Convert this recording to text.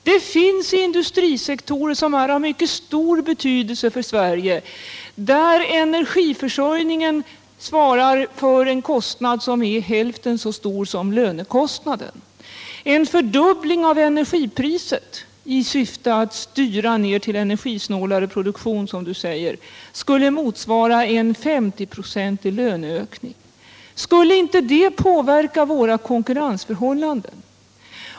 Det finns industrisektorer av mycket stor betydelse för Sverige där energiförsörjningen svarar för en kostnad som är hälften så stor som lönekostnaden. En fördubbling av energipriset i syfte att styra ned till energisnålare produktion, som du säger, skulle motsvara en 50-procentig löneökning. Skulle inte det påverka våra konkurrensförhållanden?